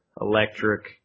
electric